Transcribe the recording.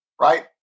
right